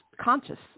conscious